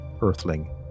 earthling